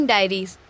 Diaries